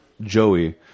Joey